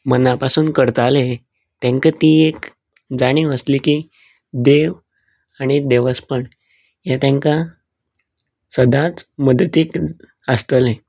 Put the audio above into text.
मनापासून करताले तेंका ती एक जाणीव आसली की देव आनी देवस्पण हें तेंकां सदांच मदतीक आसतलें